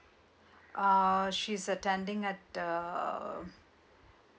um she's attending at err